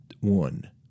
One